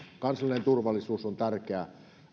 kansallinen turvallisuus on tärkeä